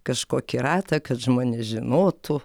kažkokį ratą kad žmonės žinotų